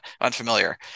unfamiliar